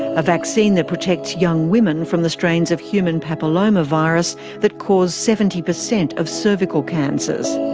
a vaccine that protects young women from the strains of human papillomavirus that cause seventy percent of cervical cancers.